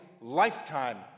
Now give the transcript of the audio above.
lifetime